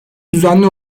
düzenli